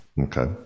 Okay